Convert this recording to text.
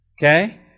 Okay